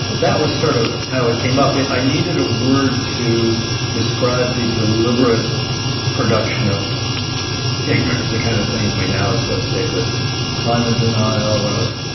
that was sort of how it came up. i needed a word to describe the deliberate production of ignorance, the kind of things we now associate with climate denial, or